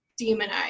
demonize